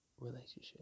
relationship